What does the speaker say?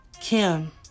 kim